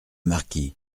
marquis